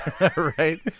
Right